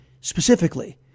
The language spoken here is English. specifically